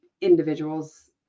individuals